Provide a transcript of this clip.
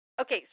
Okay